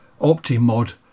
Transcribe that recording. optimod